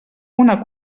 una